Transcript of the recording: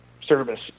service